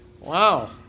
Wow